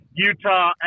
Utah